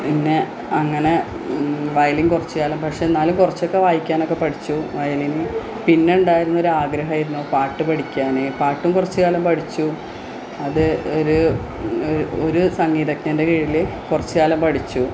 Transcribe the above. പിന്നെ അങ്ങനെ വയലിന് കുറച്ച് കാലം പക്ഷെ എന്നാലും കുറച്ചൊക്കെ വായിക്കാനൊക്കെ പഠിച്ചു വയലിന് പിന്നെ ഉണ്ടായിരുന്ന ഒരാഗ്രഹമായിരുന്നു പാട്ട് പഠിക്കാന് പാട്ടും കുറച്ച് കാലം പഠിച്ചു അത് ഒര് സംഗീതജ്ഞന്റെ കീഴില് കുറച്ചുകാലം പഠിച്ചു